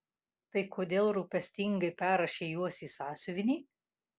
tai kodėl rūpestingai perrašei juos į sąsiuvinį